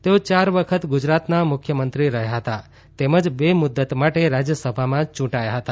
તેઓ ચાર વખત ગુજરાતના મુખ્યમંત્રી રહ્યાં હતા તેમજ બે મુદત માટે રાજયસભામાં યુંટાયા હતા